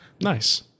Nice